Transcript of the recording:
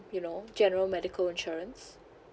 you know general medical insurance